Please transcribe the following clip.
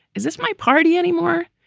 is this my party anymore?